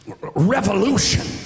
Revolution